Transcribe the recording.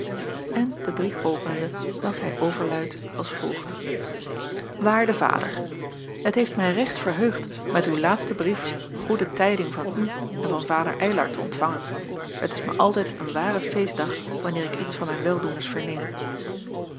en den brief openende las hij overluid als volgt waarde vader het heeft mij recht verheugd met uwen laatsten brief goede tijding van u en van vader eylar te ontvangen het is mij altijd een ware feestdag wanneer ik iets van mijn weldoeners verneem